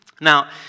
Now